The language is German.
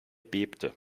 bebte